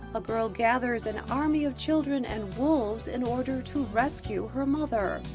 a girl gathers an army of children and wolves in order to rescue her mother.